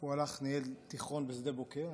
הוא הלך לנהל תיכון בשדה בוקר.